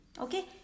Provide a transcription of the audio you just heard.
okay